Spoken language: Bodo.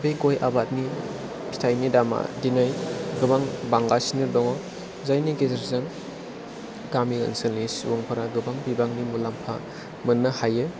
बे गय आबादनि फिथाइनि दामआ दिनै गोबां बांगासिनो दङ जायनि गेजेरजों गामि ओनसोलनि सुबुंफोरा गोबां बिबांनि मुलाम्फा मोननो हायो